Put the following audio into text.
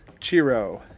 Chiro